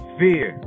fear